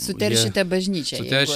suteršite bažnyčią jeigu